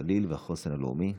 הגליל והחוסן הלאומי.